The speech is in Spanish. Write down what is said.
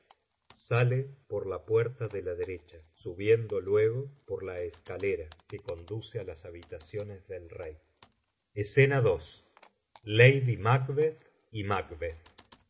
saie por la puerta de la derecha subiendo luego por la escale ra que conduce á las habitaciones del rey escena ii lady macbeth y macbeth